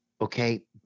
Okay